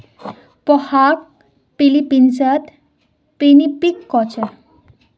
पोहाक फ़िलीपीन्सत पिनीपिग कह छेक